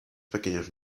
pequeños